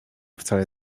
wcale